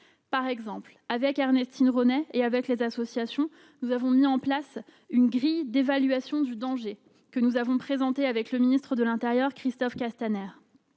Par exemple, avec Ernestine Ronai et les associations, nous avons mis en place une grille d'évaluation du danger que nous avons présentée avec le ministre de l'intérieur, Christophe Castaner.